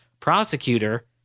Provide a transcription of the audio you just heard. Prosecutor